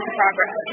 progress